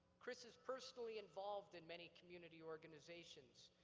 chris is personally involved in many community organizations,